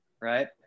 right